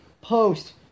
post